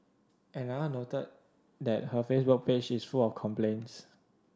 another noted that her Facebook page is full of complaints